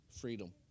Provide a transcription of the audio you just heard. freedom